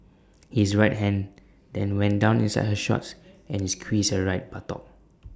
his right hand then went down inside her shorts and he squeezed her right buttock